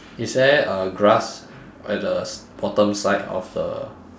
is there a grass at the s~ bottom side of the